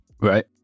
Right